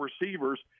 receivers